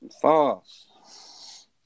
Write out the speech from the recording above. False